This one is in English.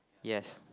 yes